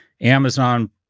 Amazon